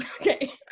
Okay